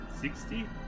Sixty